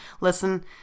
listen